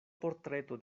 portreto